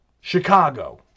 Chicago